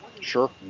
Sure